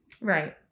Right